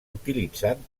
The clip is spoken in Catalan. utilitzant